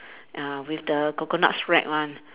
uh with the coconut shred one